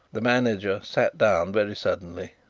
the manager sat down very suddenly.